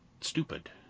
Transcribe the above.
stupid